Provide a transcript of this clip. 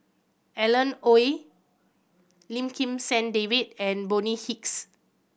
Alan Oei Lim Kim San David and Bonny Hicks